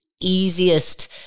easiest